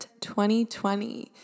2020